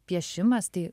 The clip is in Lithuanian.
piešimas tai